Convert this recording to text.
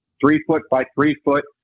three-foot-by-three-foot